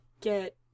get